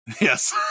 Yes